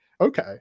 Okay